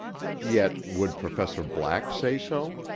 yet would professor black say so?